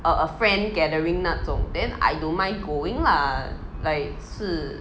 a a friend gathering 那种 then I don't mind going lah like 是